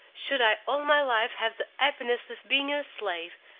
should i all my life have the happiness of being your slave,